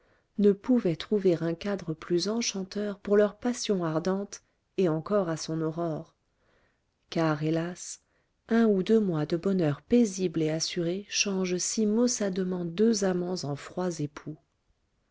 ne pouvaient trouver un cadre plus enchanteur pour leur passion ardente et encore à son aurore car hélas un ou deux mois de bonheur paisible et assuré changent si maussadement deux amants en froids époux